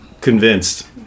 convinced